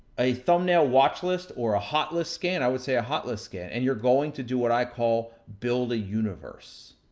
a thumbnail watch-list, or a hot-list scan. i would say a hot-list scan, and you're going to do what i call build a universe.